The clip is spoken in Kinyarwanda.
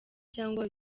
cyangwa